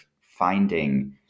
finding